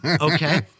Okay